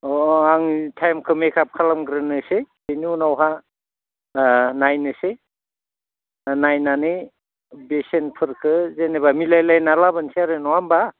अ आं टाइमखौ मेकआप खालामग्रोनोसै बिनि उनावहाय नायनोसै नायनानै बेसेनफोरखौ जेनेबा मिलायलायना लाबोनोसै आरो नङा होम्बा